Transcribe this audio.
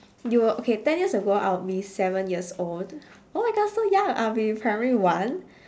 you were okay ten years ago I would be seven years old oh my god so young I'll be in primary one